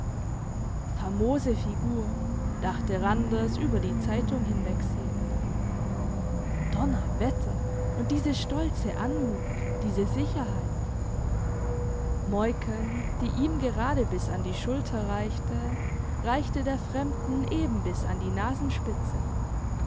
famose figur dachte randers über die zeitung hinwegsehend donnerwetter und diese stolze anmut diese sicherheit moiken die ihm gerade bis an die schulter reichte reichte der fremden eben bis an die nasenspitze